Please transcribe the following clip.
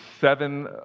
seven